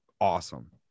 awesome